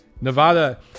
Nevada